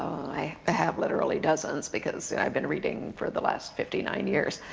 i ah have literally dozens because i've been reading for the last fifty nine years.